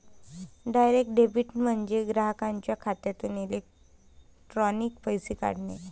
direct debit म्हणजे ग्राहकाच्या खात्यातून इलेक्ट्रॉनिक पैसे काढणे